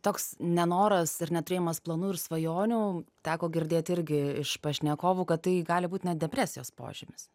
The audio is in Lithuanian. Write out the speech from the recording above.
toks nenoras ir neturėjimas planų ir svajonių teko girdėti irgi iš pašnekovų kad tai gali būt net depresijos požymis